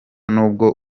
n’ubwo